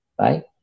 right